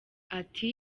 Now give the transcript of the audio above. ati